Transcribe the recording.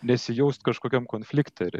nesijaust kažkokiam konflikte